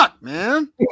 man